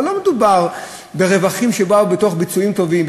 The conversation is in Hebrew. אבל לא מדובר ברווחים שבאו מביצועים טובים,